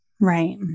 Right